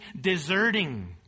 deserting